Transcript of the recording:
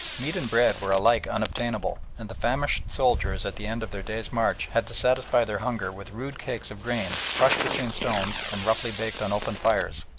meat and bread were alike unobtainable, and the famished soldiers at the end of their day's march had to satisfy their hunger with rude cakes of grain crushed between stones and roughly baked on open fires.